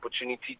opportunity